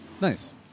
Nice